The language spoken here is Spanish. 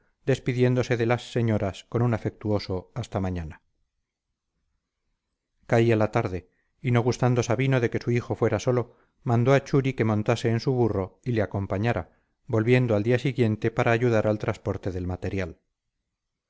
despidiéndose de las señoras con un afectuoso hasta mañana caía la tarde y no gustando sabino de que su hijo fuera solo mandó a churi que montase en su burro y le acompañara volviendo al día siguiente para ayudar al transporte del material